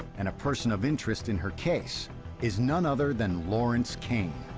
and a person of interest in her case is none other than lawrence kane,